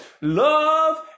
Love